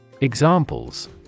Examples